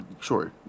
Sure